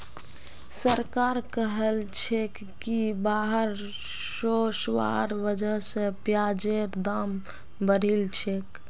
सरकार कहलछेक कि बाढ़ ओसवार वजह स प्याजेर दाम बढ़िलछेक